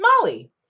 Molly